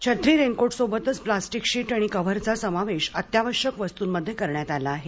छत्री रेनकोटसोबतच plastic sheet आणि कव्हरचा समावेश अत्यावश्यक वस्तूंमध्ये करण्यात आला आहे